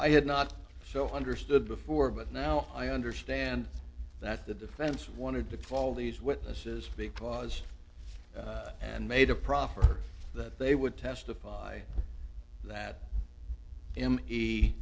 i had not so understood before but now i understand that the defense wanted to follow these witnesses because and made a profit that they would testify that him he